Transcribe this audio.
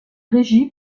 régie